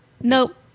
nope